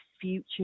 future